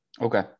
Okay